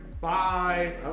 bye